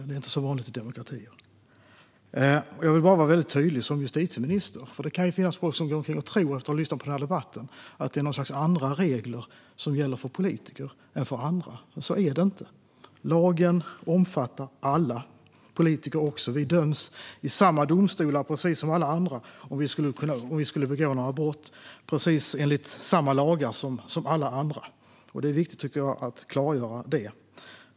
Det är inte så vanligt i demokratier. Jag vill vara väldigt tydlig som justitieminister. Det kan ju finnas folk som efter att ha lyssnat på den här debatten går omkring och tror att det är något slags andra regler som gäller för politiker än för andra. Så är det inte. Lagen omfattar alla, politiker också. Om vi skulle begå brott döms vi i samma domstolar som alla andra enligt precis samma lagar som alla andra. Det är viktigt att klargöra det, tycker jag.